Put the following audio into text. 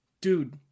dude